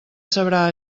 sabrà